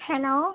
hello